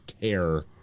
Care